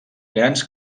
grans